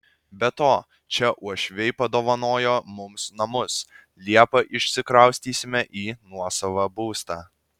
be to čia uošviai padovanojo mums namus liepą išsikraustysime į nuosavą būstą